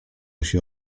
się